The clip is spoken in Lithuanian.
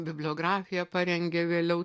bibliografiją parengė vėliau